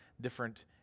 different